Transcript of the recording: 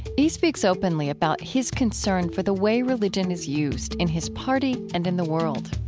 he speaks openly about his concern for the way religion is used in his party and in the world